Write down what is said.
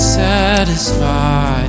satisfied